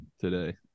today